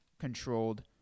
controlled